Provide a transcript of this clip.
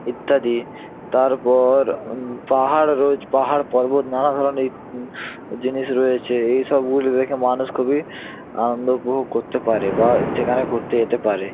ইত্যাদি তারপর পাহাড় রোজ পাহাড় পর্বত নানা ধরনেরই জিনিস রয়েছে এই সবগুলি দেখে মানুষ খুবই আনন্দ উপভোগ করতে পারে বা সেখানে ঘুরতে যেতে পারে